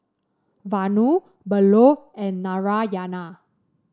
Vanu Bellur and Narayana